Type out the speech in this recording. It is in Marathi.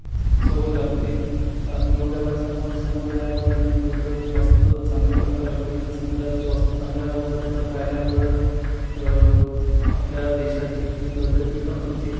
सवय लागते आणि योग अभ्यासामुळं समुदायामध्ये म्हटलं तर स्वास्थ्य चांगल्या प्रकारं राहते आणि समुदायात स्वास्थ्य चांगल्या प्रकारं राहिल्यामुळं आपल्या देशाची प्रगती पण होते